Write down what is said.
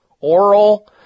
oral